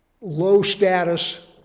low-status